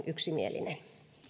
yksimielinen